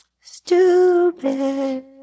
Stupid